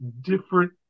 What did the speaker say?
different